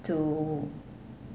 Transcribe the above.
to